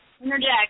Interject